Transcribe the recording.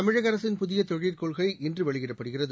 தமிழக அரசின் புதிய தொழிற்கொள்கை இன்று வெளியிடப்படுகிறது